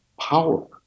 power